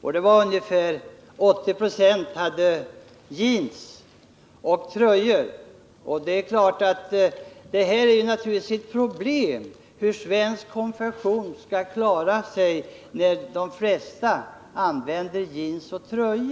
var klädda. Ungefär 80 96 hade jeans och tröja. Det är klart att det är ett problem för svensk konfektion när de flesta använder jeans och tröja.